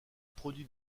produit